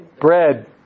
Bread